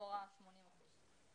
באזור ה-80 אחוזים.